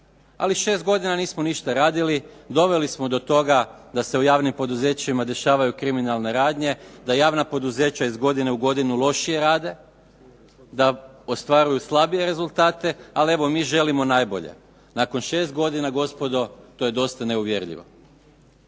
ali šest godina nismo ništa radili, doveli smo do toga da se u javnim poduzećima dešavaju kriminalne radnje, da javna poduzeća iz godine u godinu lošije rade, da ostvaruju slabije rezultate, ali evo mi želimo najbolje. Nakon šest godina gospodo to je dosta neuvjerljivo.